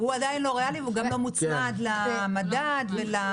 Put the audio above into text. הוא עדיין לא ריאלי והוא גם לא מוצמד למדד ולמחירים.